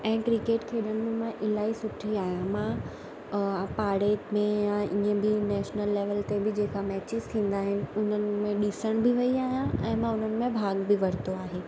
ऐं क्रिकेट खेॾण मां इलाही सुठी आहियां मां पाड़े में या इअं बि नेशनल लेवल ते बि जेका मैचिस थींदा आहिनि उन्हनि में ॾिसण बि वेई आहियां ऐं मां उन्हनि में भाग बि वरितो आहे